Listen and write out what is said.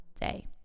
day